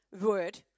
word